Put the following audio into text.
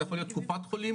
זה יכול להיות קופת חולים,